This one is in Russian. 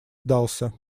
сдался